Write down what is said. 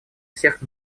всех